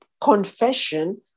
confession